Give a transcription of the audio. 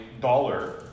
dollar